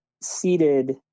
seated